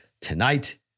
tonight